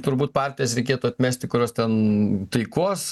turbūt partijas reikėtų atmesti kurios ten taikos